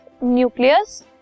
nucleus